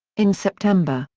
in september,